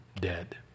dead